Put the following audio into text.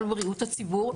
על בריאות הציבור,